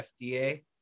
FDA